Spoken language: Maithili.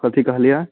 कथि कहलियै